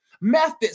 methods